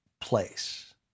place